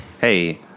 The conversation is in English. hey